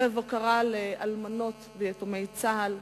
ערב הוקרה לאלמנות ויתומי צה"ל,